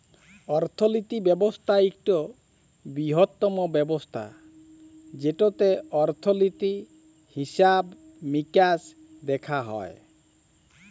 অর্থলিতি ব্যবস্থা ইকট বিরহত্তম ব্যবস্থা যেটতে অর্থলিতি, হিসাব মিকাস দ্যাখা হয়